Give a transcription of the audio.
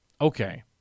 Okay